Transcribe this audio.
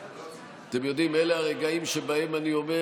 אתם יודעים, אלה הרגעים שבהם אני אומר: